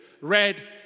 red